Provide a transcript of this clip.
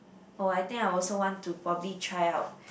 oh I think I also want to probably try out